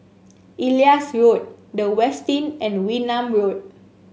Elias Road The Westin and Wee Nam Road